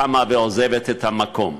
קמה ועוזבת את המקום.